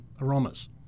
aromas